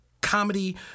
comedy